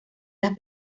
las